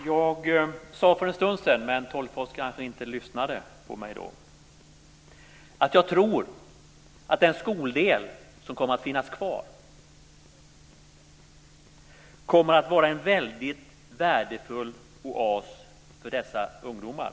Herr talman! För en stund sedan sade jag, men Sten Tolgfors lyssnade kanske inte på mig då, att jag tror att den skoldel som kommer att finnas kvar blir en väldigt värdefull oas för dessa ungdomar.